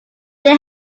they